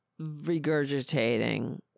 regurgitating